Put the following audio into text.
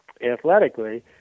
athletically